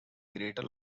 greater